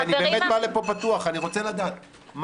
יפעת, דקה, את תעני לו.